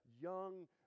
young